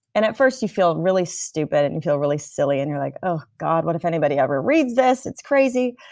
and at first you feel really stupid and you feel really silly and you're like, oh god, what if any ever reads this? it's crazy.